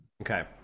Okay